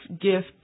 gift